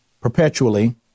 perpetually